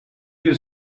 you